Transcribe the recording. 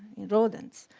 in rodents.